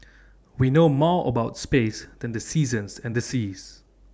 we know more about space than the seasons and the seas